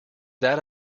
that